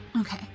Okay